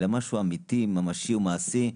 משהו אמיתי, ממשי ומעשי,